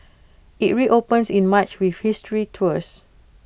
IT reopens in March with history tours